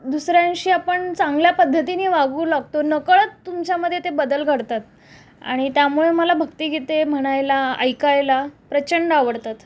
दुसऱ्यांशी आपण चांगल्या पद्धतीनी वागू लागतो नकळत तुमच्यामध्ये ते बदल घडतात आणि त्यामुळे मला भक्तिगीते म्हणायला ऐकायला प्रचंड आवडतात